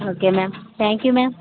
okay ma'am thank you ma'am